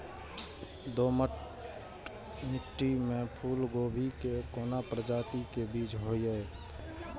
दोमट मिट्टी में फूल गोभी के कोन प्रजाति के बीज होयत?